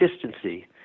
consistency